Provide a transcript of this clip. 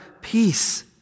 Peace